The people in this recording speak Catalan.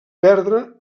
perdre